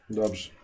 dobrze